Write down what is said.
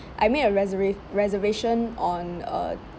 I made a reserva~ reservation on uh